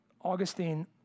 augustine